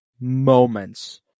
moments